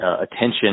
attention